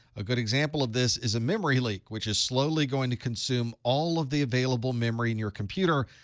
a good example of this is a memory leak, which is slowly going to consume all of the available memory in your computer.